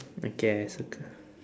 okay I circle